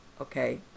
okay